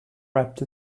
wrapped